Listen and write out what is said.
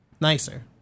Nicer